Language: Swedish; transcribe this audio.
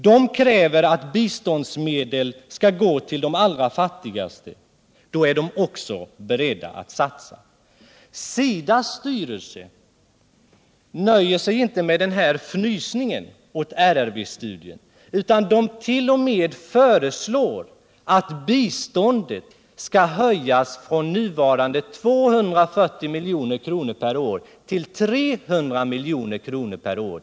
De kräver att biståndsmedlen skall gå till de allra fattigaste — då är de också beredda att satsa. Men SIDA:s styrelse nöjer sig inte med denna fnysning åt RRV-studien utan föreslår t.o.m. att biståndet till Indien skall höjas från nuvarande 240 milj.kr. till 300 milj.kr. per år.